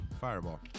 Fireball